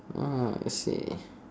ah I see